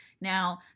Now